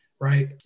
right